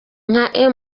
nka